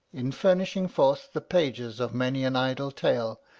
in furnishing forth the pages of many an idle tale,